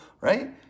right